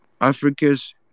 Africa's